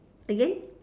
again